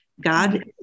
God